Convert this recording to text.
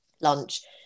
lunch